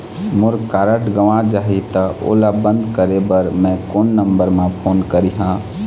मोर card गंवा जाही त ओला बंद करें बर मैं कोन नंबर म फोन करिह?